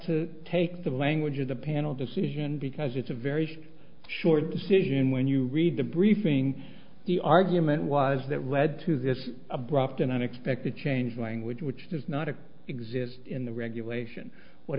to take the language of the panel decision because it's a very short decision when you read the briefing the argument was that led to this abrupt and unexpected change language which does not occur exist in the regulation what